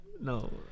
no